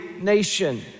nation